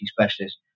specialist